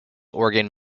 organ